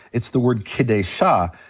it's the word kedeshah.